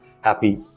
happy